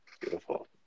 beautiful